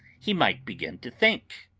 he might begin to think,